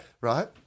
Right